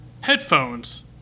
headphones